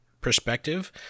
perspective